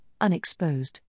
unexposed